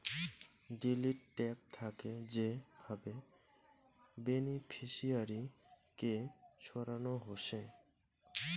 delete tab থাকে যে ভাবে বেনিফিশিয়ারি কে সরানো হসে